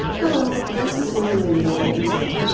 hello i'm cecelia louie of paper zen.